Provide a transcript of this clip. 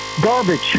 Garbage